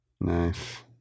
Nice